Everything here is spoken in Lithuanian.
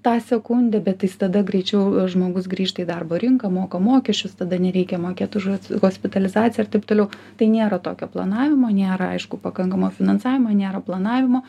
tą sekundę bet tai jis tada greičiau žmogus grįžta į darbo rinką moka mokesčius tada nereikia mokėt už hospitalizaciją ir taip toliau tai nėra tokio planavimo nėra aišku pakankamo finansavimo nėra planavimo